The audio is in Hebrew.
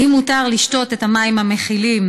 4. האם מותר לשתות מים המכילים